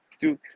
Duke